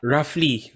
Roughly